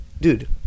dude